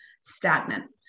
stagnant